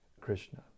Krishna